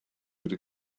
could